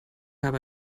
habe